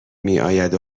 میاید